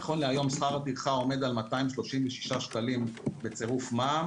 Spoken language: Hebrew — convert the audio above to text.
נכון להיום שכר הטרחה עומד על 236 שקלים בצירוף מע"מ